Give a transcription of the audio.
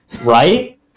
Right